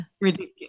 ridiculous